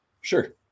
Sure